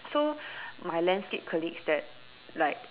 so my landscape colleagues that like